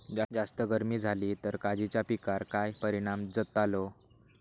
जास्त गर्मी जाली तर काजीच्या पीकार काय परिणाम जतालो?